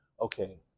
okay